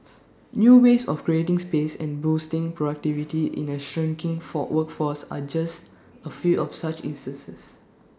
new ways of creating space and boosting productivity in A shrinking for workforce are just A few of such instances